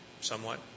Somewhat